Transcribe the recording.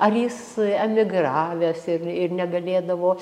ar jis emigravęs ir ir negalėdavo